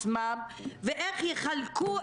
הוא בעצמו אמר את